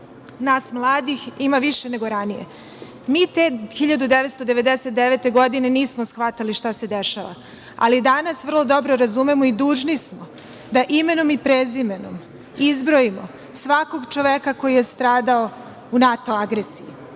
Skupštini ima više nego ranije. Mi te 1999. godine nismo shvatali šta se dešava, ali danas vrlo dobro razumemo i dužni smo da imenom i prezimenom izbrojimo svakog čoveka koji je stradao u NATO agresiji.